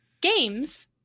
games